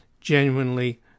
genuinely